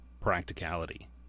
practicality